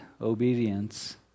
obedience